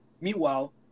Meanwhile